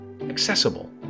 accessible